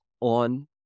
on